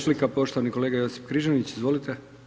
poštovani kolega Josip Križanić, izvolite.